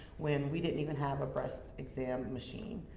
when we didn't even have a breast exam machine?